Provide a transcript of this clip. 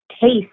taste